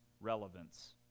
relevance